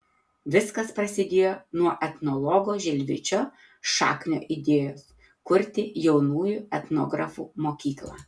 viskas prasidėjo nuo etnologo žilvičio šaknio idėjos kurti jaunųjų etnografų mokyklą